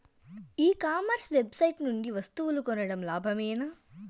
ఈ commerce website నుండి వస్తువులు కొనడం లాభమేనా?